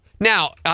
Now